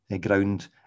ground